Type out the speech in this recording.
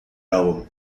album